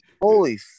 holy